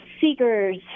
seekers